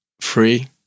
free